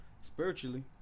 Spiritually